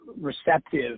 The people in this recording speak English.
receptive